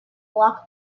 walk